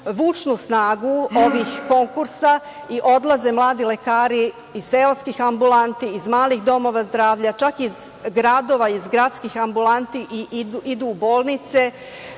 vučnu snagu ovih konkursa i odlaze mladi lekari iz seoskih ambulanti, iz malih domova zdravlja, čak iz gradova, iz gradskih ambulanti i idu u bolnice,